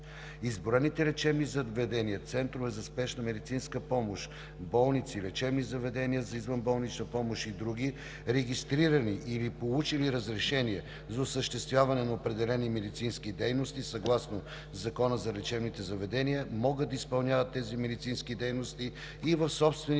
Изброените лечебни заведения – центрове за спешна медицинска помощ, болници, лечебни заведения за извънболнична помощ и други, регистрирани или получили разрешение за осъществяване на определени медицински дейности съгласно Закона за лечебните заведения, могат да изпълняват тези медицински дейности и в собствените